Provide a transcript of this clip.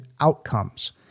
outcomes